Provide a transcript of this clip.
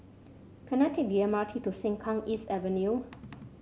can I take the M R T to Sengkang East Avenue